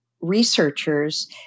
researchers